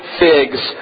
figs